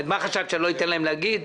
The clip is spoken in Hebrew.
חשבת שלא אתן להם לדבר?